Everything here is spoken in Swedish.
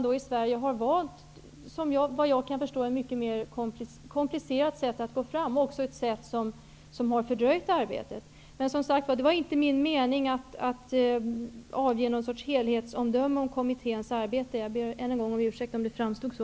Sverige däremot har, vad jag kan förstå, valt ett mycket mera komplicerat sätt att gå fram och också ett sätt som har fördröjt arbetet. Men, som sagt, det var inte min mening att avge någon sorts helhetsomdöme om kommitténs arbete. Jag ber än en gång om ursäkt, om det framstod så.